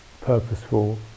purposeful